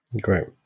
Great